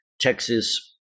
Texas